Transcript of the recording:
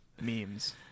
memes